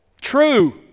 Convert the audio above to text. True